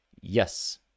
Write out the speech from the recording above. yes